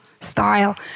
style